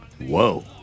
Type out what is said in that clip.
Whoa